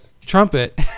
trumpet